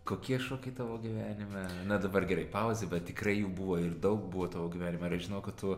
kokie šokiai tavo gyvenime na dabar gerai pauzė bet tikrai jų buvo ir daug buvo tavo gyvenime ir aš žinau kad tu